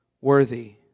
worthy